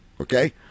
Okay